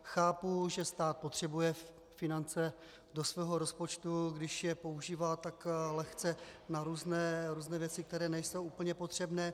Chápu, že stát potřebuje finance do svého rozpočtu, když je používá tak lehce na různé věci, které nejsou úplně potřebné.